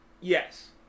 Yes